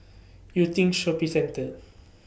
Yew teen Shopping Centre